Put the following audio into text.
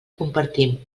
compartim